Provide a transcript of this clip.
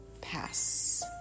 pass